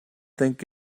think